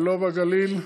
לא בגליל,